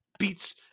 Beats